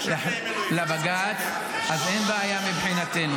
אז אין בעיה מבחינתנו.